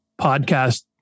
podcast